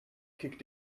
kicked